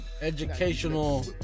educational